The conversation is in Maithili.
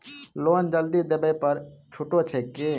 लोन जल्दी देबै पर छुटो छैक की?